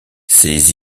ces